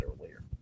earlier